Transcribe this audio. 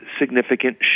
significant